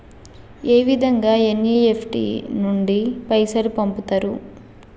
ఏ విధంగా ఎన్.ఇ.ఎఫ్.టి నుండి పైసలు పంపుతరు?